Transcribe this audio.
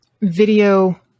video